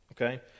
okay